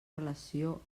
relació